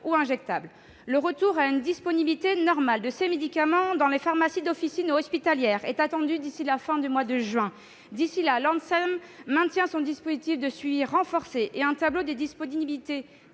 ou injectables. Le retour à une disponibilité normale de ces médicaments dans les pharmacies d'officine ou hospitalières est attendu d'ici à la fin du mois de juin. Entre-temps, l'ANSM maintient son dispositif de suivi renforcé. Un tableau de la disponibilité